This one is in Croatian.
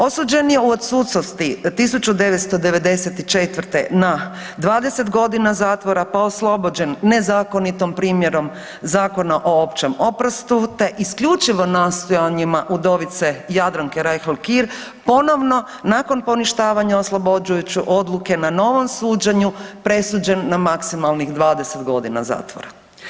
Osuđen je u odsutnosti 1994. na 20 godina zatvora pa oslobođen nezakonitom primjerom Zakona o općem oprostu te isključivo nastojanjima udovice Jadranke Reihl Kir ponovno nakon poništavanja oslobođujuće odluke na novom suđenju presuđen na maksimalnih 20 godina zatvora.